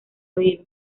oído